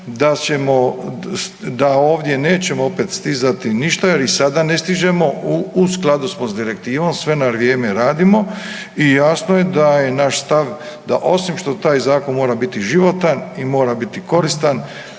da ovdje nećemo opet stizati ništa jer i sada ne stižemo, u skladu smo s direktivom, sve na vrijeme radimo i jasno je da je naš stav da osim što taj zakon mora biti životan i mora biti koristan,